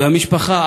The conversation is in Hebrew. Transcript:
והמשפחה,